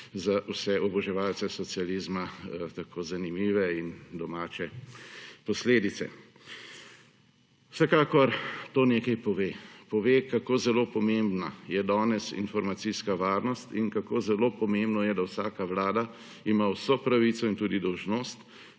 za vse oboževalce socializma, tako zanimive in domače posledice. Vsekakor to nekaj pove. Pove, kako zelo pomembna je danes informacijska varnost in kako zelo pomembno je, da vsaka vlada ima vso pravico in tudi dolžnost,